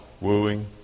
wooing